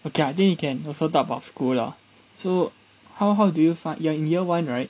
okay I think you can also talk about school lah so how how do you find you are in year one right